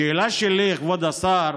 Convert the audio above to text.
השאלה שלי, כבוד השר: